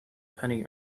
penny